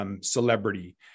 celebrity